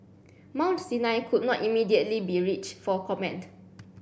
Mount Sinai could not immediately be reached for comment